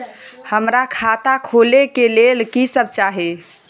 हमरा खाता खोले के लेल की सब चाही?